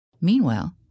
Meanwhile